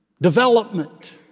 Development